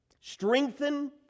strengthen